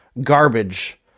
garbage